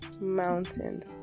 mountains